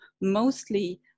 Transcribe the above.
mostly